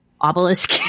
obelisk